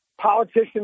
politicians